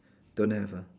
don't have ah